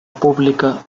pública